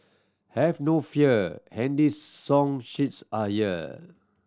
have no fear handy song sheets are here